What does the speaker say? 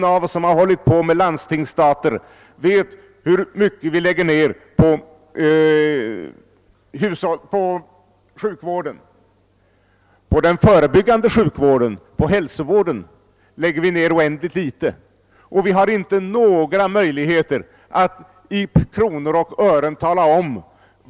Jag vill opponera mig något mot det arealtänkande som har kommit till uttryck i flera anföranden. Vi har ju 440 km? nationalpark kvar, säger man och frågar: Vad gör det då att vi tar bort 2 km2?